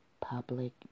public